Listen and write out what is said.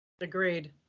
Agreed